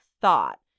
thought